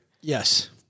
Yes